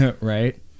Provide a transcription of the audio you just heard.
Right